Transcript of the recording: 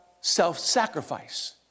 self-sacrifice